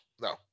No